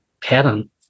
pattern